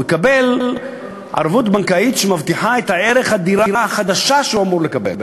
הוא יקבל ערבות בנקאית שמבטיחה את ערך הדירה החדשה שהוא אמור לקבל,